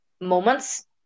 moments